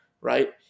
right